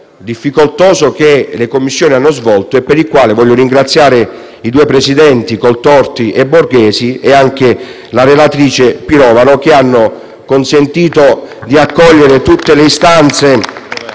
difficoltoso lavoro che le Commissioni hanno svolto, per il quale voglio ringraziare i due presidenti Coltorti e Borghesi e anche la relatrice Pirovano, che hanno consentito di accogliere le istanze